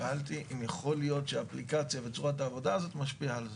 שאלתי אם יכול להיות שהאפליקציה וצורת העבודה הזאת משפיעה על זה?